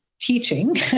teaching